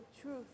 truth